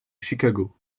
chicago